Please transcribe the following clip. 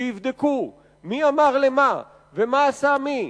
שיבדקו מי אמר למה ומה עשה מי,